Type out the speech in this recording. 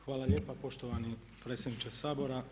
Hvala lijepa poštovani predsjedniče Sabora.